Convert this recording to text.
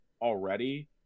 already